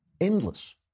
endless